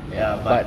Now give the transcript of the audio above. ya but